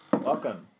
Welcome